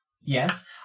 yes